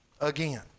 again